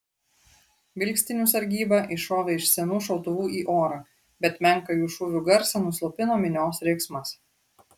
vilkstinių sargyba iššovė iš senų šautuvų į orą bet menką jų šūvių garsą nuslopino minios riksmas